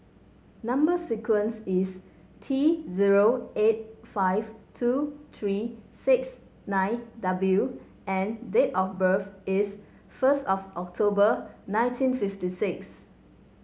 number sequence is T zero eight five two three six nine W and date of birth is first of October nineteen fifty six